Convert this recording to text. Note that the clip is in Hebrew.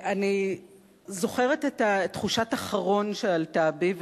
אני זוכרת את תחושת החרון שעלתה בי,